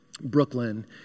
Brooklyn